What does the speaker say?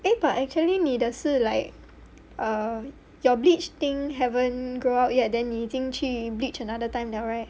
eh but actually 你的是 like err your bleach thing haven grow out yet then 你已经去 bleach another time liao right